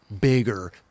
bigger